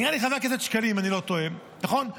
נראה לי חבר הכנסת שקלים, אם אני לא טועה, נכון?